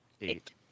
eight